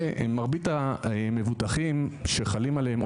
ומרבית המבוטחים שחלים עליהם,